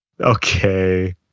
Okay